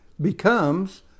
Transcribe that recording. becomes